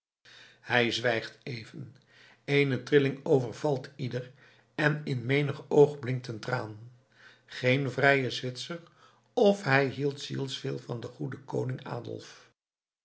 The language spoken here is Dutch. hij zwijgt even eene rilling overvalt ieder en in menig oog blinkt een traan geen vrije zwitser of hij hield zielsveel van den goeden koning